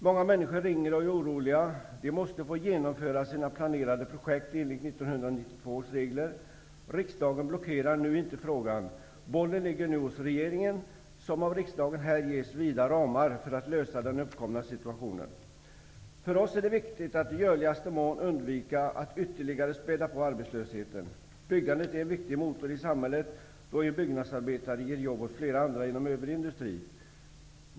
Många människor ringer och är oroliga. De måste få genomföra sina planerade projekt enligt 1992 års regler. Riksdagen blockerar inte frågan. Bollen ligger hos regeringen, som av riksdagen här ges vida ramar för att lösa den uppkomna situationen. För oss är det viktigt att i görligaste mån undvika att ytterligare späda på arbetslösheten. Byggandet är en viktig motor i samhället, då en byggnadsarbetare ger jobb åt flera andra inom övrig industri.